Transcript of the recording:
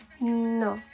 No